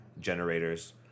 generators